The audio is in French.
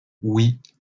oui